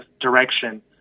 direction